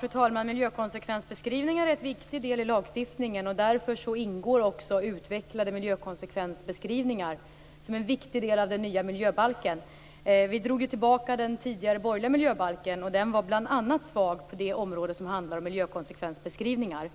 Fru talman! Miljökonsekvensbeskrivningar är en viktig del i lagstiftningen. Därför ingår också utvecklade miljökonsekvensbeskrivningar som en viktig del i den nya miljöbalken. Vi drog tillbaka den tidigare borgerliga miljöbalken, som bl.a. var svag på det område som handlar om miljökonsekvensbeskrivningar.